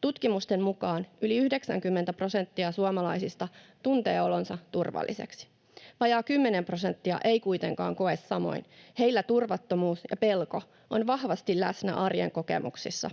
Tutkimusten mukaan yli 90 prosenttia suomalaisista tuntee olonsa turvalliseksi. Vajaa kymmenen prosenttia ei kuitenkaan koe samoin. Heillä turvattomuus ja pelko ovat vahvasti läsnä arjen kokemuksissa.